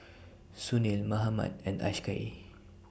Sunil Mahatma and Akshay